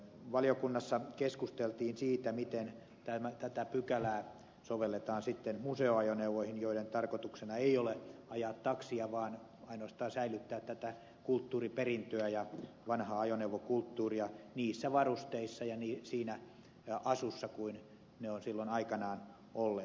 valiokunnassa keskusteltiin siitä miten tätä pykälää sovelletaan sitten museoajoneuvoihin joiden tarkoituksena ei ole ajaa taksia vaan ainoastaan säilyttää tätä kulttuuriperintöä ja vanhaa ajoneuvokulttuuria niissä varusteissa ja siinä asussa kuin ne ovat silloin aikanaan olleet